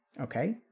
Okay